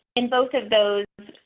in both of those